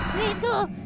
it's cool,